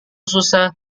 susah